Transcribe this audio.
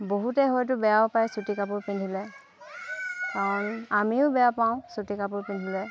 বহুতে হয়তো বেয়াও পায় চুটি কাপোৰ পিন্ধিলে কাৰণ আমিও বেয়া পাওঁ চুটি কাপোৰ পিন্ধিলে